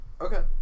Okay